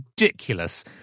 ridiculous